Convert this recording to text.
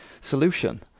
solution